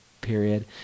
period